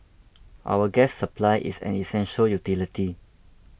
our gas supply is an essential utility